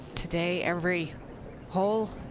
today every hole,